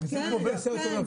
זו הנקודה.